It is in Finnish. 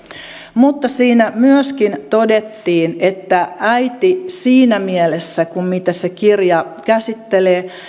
mutta siinä myöskin todettiin että äidin siinä mielessä kuin mitä se kirja käsittelee